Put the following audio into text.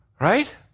Right